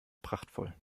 prachtvoll